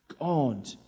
God